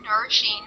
nourishing